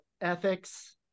ethics